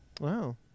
wow